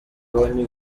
hari